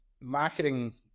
marketing